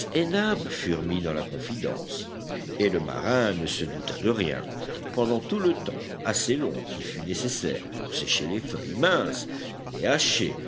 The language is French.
furent mis dans la confidence et le marin ne se douta de rien pendant tout le temps assez long qui fut nécessaire pour sécher les feuilles minces les hacher